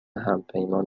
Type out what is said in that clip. همپیمان